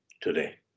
today